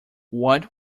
what